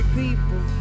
people